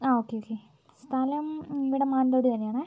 ആ okay okay സ്ഥലം നമ്മുടെ മാനന്തവാടി തന്നെയാണ്